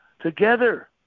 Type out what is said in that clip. together